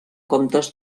comptes